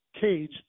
cage